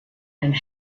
and